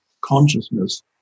consciousness